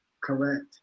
Correct